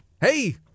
hey